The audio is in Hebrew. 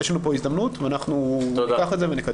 יש לנו פה הזדמנות ואנחנו ניקח את זה ונקדם.